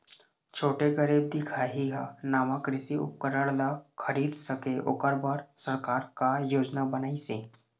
छोटे गरीब दिखाही हा नावा कृषि उपकरण ला खरीद सके ओकर बर सरकार का योजना बनाइसे?